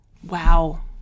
wow